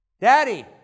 Daddy